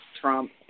Trump